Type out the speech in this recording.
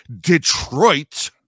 Detroit